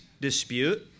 dispute